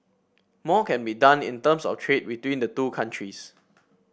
more can be done in terms of trade between the two countries